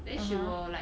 (uh huh)